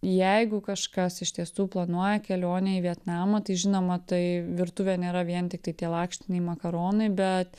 jeigu kažkas iš tiesų planuoja kelionę į vietnamą tai žinoma tai virtuvė nėra vien tiktai tie lakštiniai makaronai bet